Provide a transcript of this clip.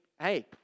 hey